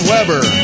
Weber